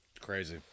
Crazy